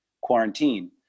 quarantine